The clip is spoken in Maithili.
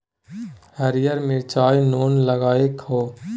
हरियर मिरचाई नोन लगाकए खो